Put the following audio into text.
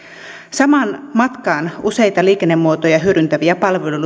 samaan matkaan useita liikennemuotoja hyödyntäviä